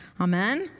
Amen